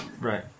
Right